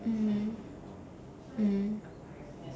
mm mm